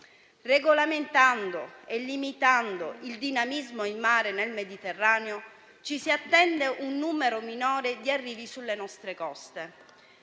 Regolamentando e limitando il dinamismo in mare nel Mediterraneo, ci si attende un numero minore di arrivi sulle nostre coste,